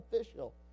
official